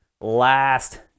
last